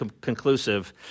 conclusive